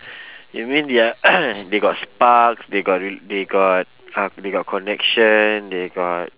you mean they're they got spark they got re~ they got uh they got connection they got